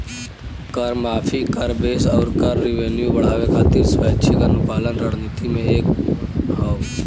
कर माफी, कर बेस आउर कर रेवेन्यू बढ़ावे खातिर स्वैच्छिक अनुपालन रणनीति में से एक हौ